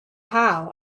how